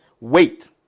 wait